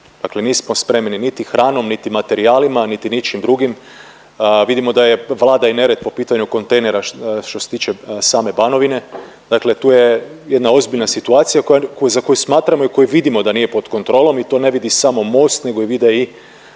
dakle nismo spremni niti hranom, niti materijalima, niti ničim drugim. Vidimo da vlada i nered po pitanju kontejnera što se tiče same Banovine, dakle tu je jedna ozbiljna situacija za koju smatramo i koju vidimo da nije pod kontrolom i to ne vidi samo Most nego vide i